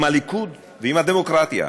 עם הליכוד, ועם הדמוקרטיה,